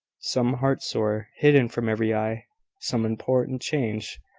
some heart-sore, hidden from every eye some important change,